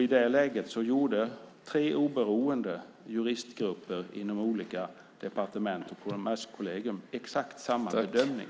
I det läget gjorde tre oberoende juristgrupper inom olika departement och på Kommerskollegium exakt samma bedömning.